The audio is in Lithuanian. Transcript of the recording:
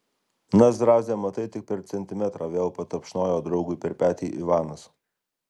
na zraze matai tik per centimetrą vėl patapšnojo draugui per petį ivanas